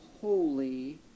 holy